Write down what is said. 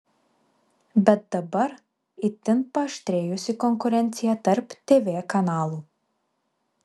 bet dabar itin paaštrėjusi konkurencija tarp tv kanalų